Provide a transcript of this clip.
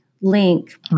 link